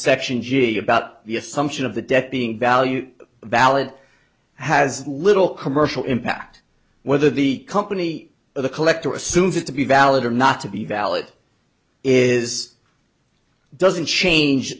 section g about the assumption of the debt being value valid has little commercial impact whether the company or the collector assumes it to be valid or not to be valid is doesn't change